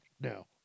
No